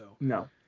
No